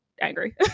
angry